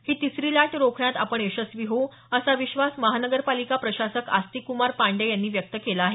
ही तिसरी लाट रोखण्यात आपण यशस्वी होऊ असा विश्वास औरंगाबाद महानगरपालिका प्रशासक आस्तिक कुमार पाण्डेय यांनी व्यक्त केला आहे